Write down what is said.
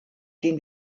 den